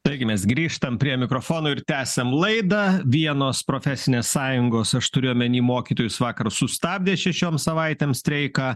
taigi mes grįžtam prie mikrofono ir tęsiam laidą vienos profesinės sąjungos aš turiu omeny mokytojus vakar sustabdė šešiom savaitėms streiką